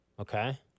Okay